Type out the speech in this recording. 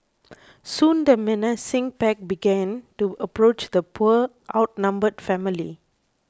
soon the menacing pack began to approach the poor outnumbered family